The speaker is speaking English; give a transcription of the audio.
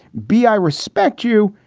b, i respect you.